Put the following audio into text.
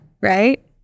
Right